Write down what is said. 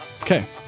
Okay